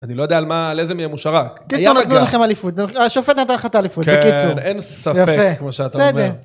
אני לא יודע על איזה מהם הוא שרק. קיצור נתנו לכם אליפות. השופט נתן לך את האליפות. כן, אין ספק כמו שאתה אומר.